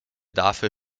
dafür